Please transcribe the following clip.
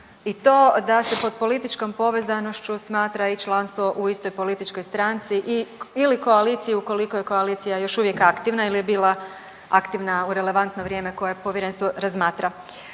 i to da se pod političkom povezanošću smatra i članstvo u istoj političkoj stranci ili u koaliciji ukoliko je koalicija još uvijek aktivna ili je bila aktivna u relevantno vrijeme koje povjerenstvo razmatra.